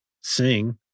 sing